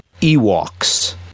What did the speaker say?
Ewoks